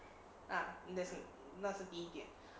ah that's it 那是第一点